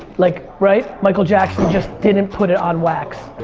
like, right? michael jackson just didn't put it on wax.